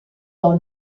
dans